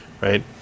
right